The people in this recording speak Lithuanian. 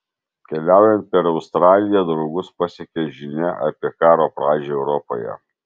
keliaujant per australiją draugus pasiekia žinia apie karo pradžią europoje